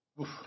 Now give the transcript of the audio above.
oof